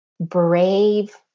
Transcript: brave